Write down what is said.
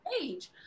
age